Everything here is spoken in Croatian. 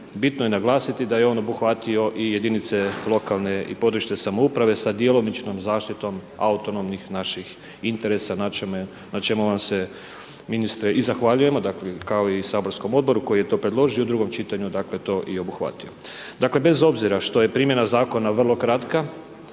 Bitno je naglasiti da je on obuhvatio i jedinice lokalne i područne samouprave sa djelomičnom zaštitom autonomnih naših interesa na čemu vam se ministre i zahvaljujemo, kao i saborskom Odboru koji je to predložio u drugom čitanju, dakle, to i obuhvatio. Dakle, bez obzira što je primjena Zakona vrlo kratka,